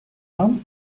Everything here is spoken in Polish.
tam